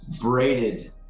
braided